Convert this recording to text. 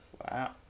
Wow